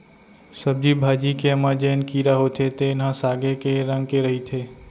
सब्जी भाजी के म जेन कीरा होथे तेन ह सागे के रंग के रहिथे